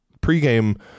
pregame